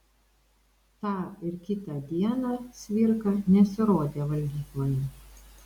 tą ir kitą dieną cvirka nesirodė valgykloje